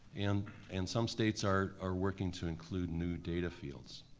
and and some states are are working to include new data fields.